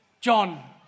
John